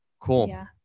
Cool